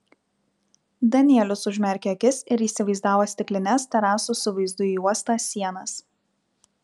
danielius užmerkė akis ir įsivaizdavo stiklines terasų su vaizdu į uostą sienas